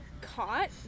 caught